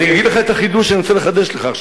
אני אגיד לך את החידוש שאני רוצה לחדש לך עכשיו.